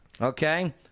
Okay